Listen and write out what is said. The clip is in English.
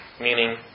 meaning